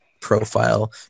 profile